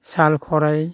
साल खराइ